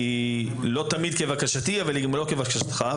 לא תמיד כבקשתי אבל היא גם לא כבקשתך.